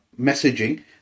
messaging